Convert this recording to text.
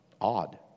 Odd